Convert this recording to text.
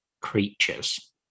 creatures